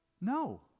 No